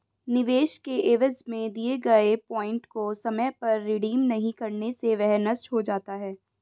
निवेश के एवज में दिए गए पॉइंट को समय पर रिडीम नहीं करने से वह नष्ट हो जाता है